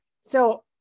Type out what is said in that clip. So-